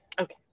okay